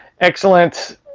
excellent